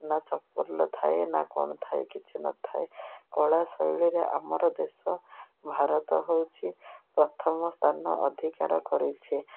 ନା ଚପଲ ଥାଏ ନା କ'ଣ ଥାଏ କିଛି ନଥାଏ କଳା ଶୈଳୀରେ ଆମର ଦେଶ ଭାରତ ହେଉଛିି ପ୍ରଥମ ସ୍ଥାନ ଅଧିକାର କରିଛି